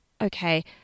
okay